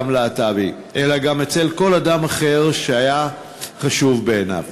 אדם להט"בי אלא גם אצל כל אדם שהאחר חשוב בעיניו.